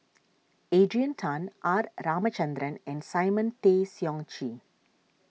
Adrian Tan R Ramachandran and Simon Tay Seong Chee